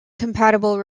compatible